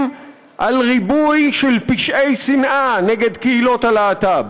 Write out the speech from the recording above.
על ריבוי של פשעי שנאה נגד קהילות הלהט"ב,